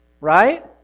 Right